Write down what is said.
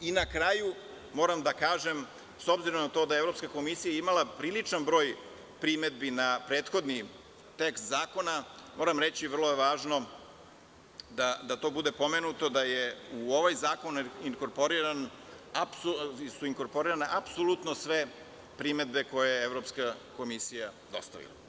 Na kraju moram da kažem, s obzirom na to da je Evropska komisija imala priličan broj primedbi na prethodni tekst zakona, moram reći, vrlo je važno da to bude pomenuto da su u ovaj zakon inkorporirana apsolutno sve primedbe koje je Evropska komisija dostavila.